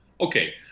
Okay